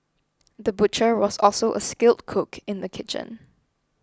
the butcher was also a skilled cook in the kitchen